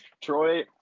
troy